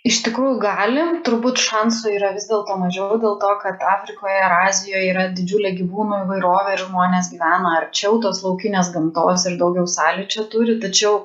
iš tikrųjų gali turbūt šansų yra vis dėlto mažiau dėl to kad afrikoje ar azijoje yra didžiulė gyvūnų įvairovė ir žmonės gyvena arčiau tos laukinės gamtos ir daugiau sąlyčio turi tačiau